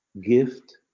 gift